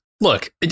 look